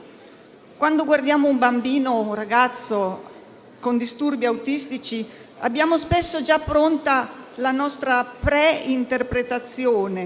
Quando guardiamo un bambino o un ragazzo con disturbi autistici, abbiamo spesso già pronta la nostra pre-interpretazione,